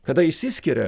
kada išsiskiria